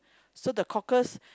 so the cockles